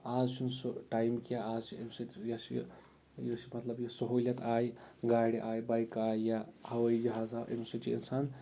آز چھُنہٕ سُہ ٹایم کینٛہہ آز چھِ اَمہِ سۭتۍ یۄس یہِ یُس مطلب یہِ سہوٗلیت آے گاڑِ آے بایکہٕ آے یا ہَوٲیی جہاز آو اَمہِ سۭتۍ چھِ اِنسان